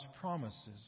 promises